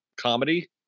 comedy